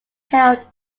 held